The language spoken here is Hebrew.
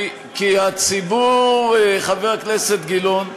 כי הציבור, חבר הכנסת גילאון,